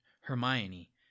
Hermione